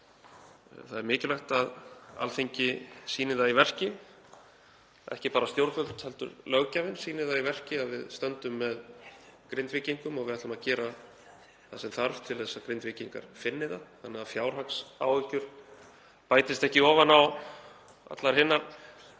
Það er mikilvægt að Alþingi sýni það í verki, ekki bara stjórnvöld heldur að löggjafinn sýni það í verki að við stöndum með Grindvíkingum og við ætlum að gera það sem þarf til að Grindvíkingar finni það þannig að fjárhagsáhyggjur bætist ekki ofan á allar hinar